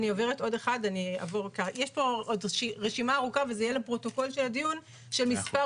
יש פה רשימה ארוכה לפרוטוקול הדיון של מספר